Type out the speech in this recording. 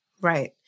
Right